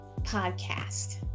podcast